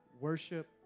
Worship